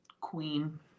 queen